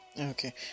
Okay